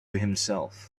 himself